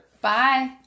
Bye